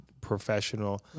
professional